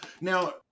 Now